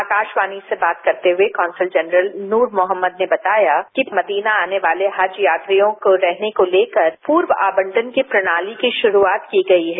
आकाशवाणी से बात करते हुए कौशल जनरल नूर मोहम्मद ने बताया कि मदीना आने वाले हज यात्रियों के रहने को लेकर पूर्व आवंटन की प्रणाली की शुरूआत की गई है